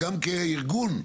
גם כארגון,